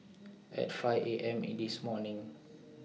At five A M in This morning